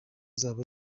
zabo